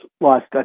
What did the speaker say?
lost